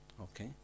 Okay